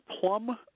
Plum